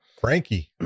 frankie